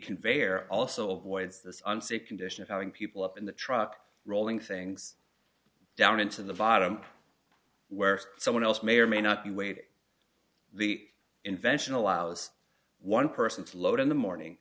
conveyor also avoids this unsafe condition of having people up in the truck rolling things down into the bottom where someone else may or may not be waiting the invention allows one person to load in the morning